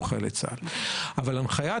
אחר לגבי מי שאינם חללי צה"ל בפסיקה ובהנחיית